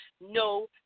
no